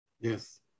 Yes